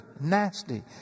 nasty